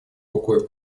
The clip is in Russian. рукой